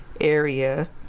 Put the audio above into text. area